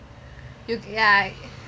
ya